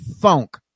Funk